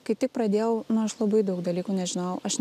kai tik pradėjau na aš labai daug dalykų nežinojau aš